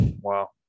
Wow